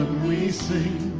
we sing